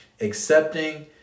accepting